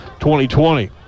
2020